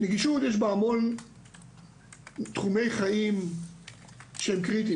נגישות יש בה המון תחומי חיים שהם קריטיים,